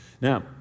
Now